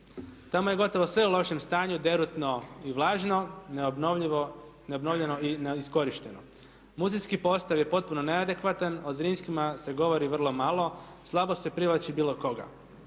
Tamo je gotovo sve u lošem stanju, derutno i vlažno, neobnovljeno i neiskorišteno. Muzejski postav je potpuno neadekvatan, o Zrinskima se govori vrlo malo, slabo se privlači bilo koga.